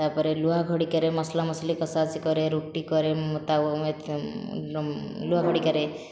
ତା'ପରେ ଲୁହା ଖଡ଼ିକାରେ ମସଲା ମସଲି କଷା କଷି କରେ ରୁଟି କରେ ମୁଁ ଲୁହା ଖଡ଼ିକାରେ